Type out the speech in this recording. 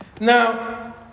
Now